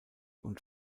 und